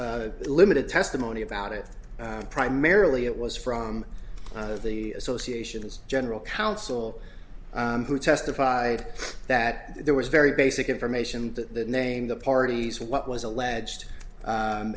limited testimony about it primarily it was from the associations general counsel who testified that there was very basic information that the name the parties what was alleged